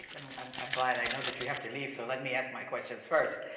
and i'm um glad i know that you have to leave so let me ask my questions first.